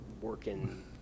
working